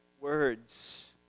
words